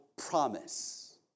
Promise